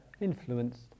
influenced